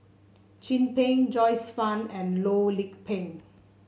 Chin Peng Joyce Fan and Loh Lik Peng